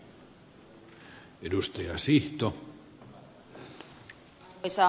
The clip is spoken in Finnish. arvoisa puhemies